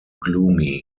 gloomy